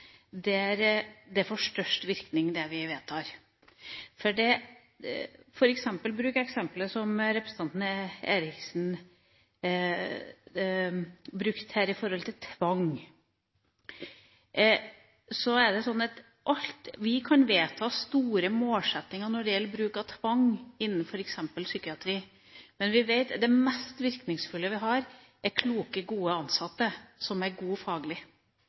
det vi vedtar, får størst virkning. Ta eksemplet representanten Eriksen brukte her når det gjelder tvang. Vi kan vedta store målsettinger når det gjelder bruk av tvang innen f.eks. psykiatri, men vi vet at det mest virkningsfulle vi har, er kloke, gode ansatte, som er gode faglig.